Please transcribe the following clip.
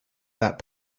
that